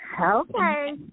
Okay